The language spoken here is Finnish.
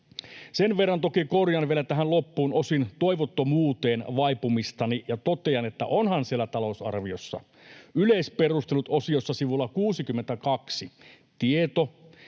Sen verran toki korjaan vielä tähän loppuun osin toivottomuuteen vaipumistani ja totean, että onhan siellä talousarviossa Yleisperustelut-osiossa sivulla 62 tieto,